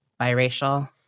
biracial